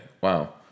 wow